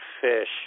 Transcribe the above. fish